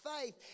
faith